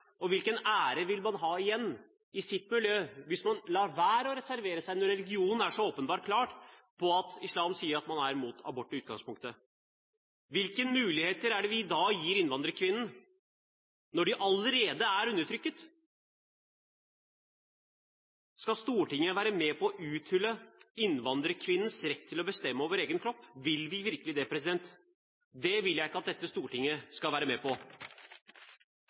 og hvilken ære vil man sitte igjen med i sitt miljø hvis man lar være å reservere seg, når religionen, islam, er så klar på at man er imot abort i utgangspunktet? Hvilke muligheter gir vi da innvandrerkvinner – når de allerede er undertrykket? Skal Stortinget være med på å uthule innvandrerkvinnenes rett til å bestemme over egen kropp? Vil vi virkelig det? Det vil jeg ikke at dette Stortinget skal være med på!